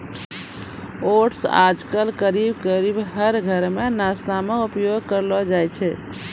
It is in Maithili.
ओट्स आजकल करीब करीब हर घर मॅ नाश्ता मॅ उपयोग होय लागलो छै